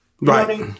Right